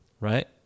right